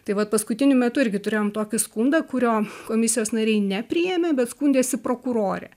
tai vat paskutiniu metu irgi turėjom tokį skundą kurio komisijos nariai nepriėmė bet skundėsi prokurorė